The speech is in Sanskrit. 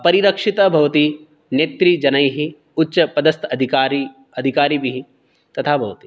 परिरक्षितः भवति नेतृजनैः उच्चपदस्थ अधिकारी अधिकारिभिः तथा भवति